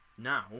Now